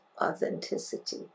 authenticity